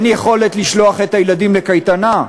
אין יכולת לשלוח את הילדים לקייטנה.